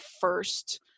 first